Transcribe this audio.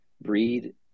breed